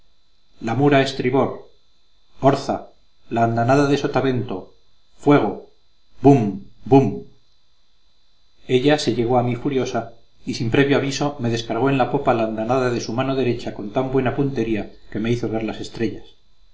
la mura a estribor orza la andanada de sotavento fuego bum bum ella se llegó a mí furiosa y sin previo aviso me descargó en la popa la andanada de su mano derecha con tan buena puntería que me hizo ver las estrellas